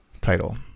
title